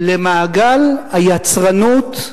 למעגל היצרנות,